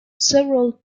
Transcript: several